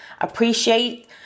appreciate